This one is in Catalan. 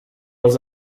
als